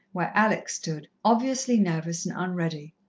where alex stood, obviously nervous and unready.